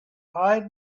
hide